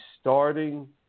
starting